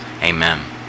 Amen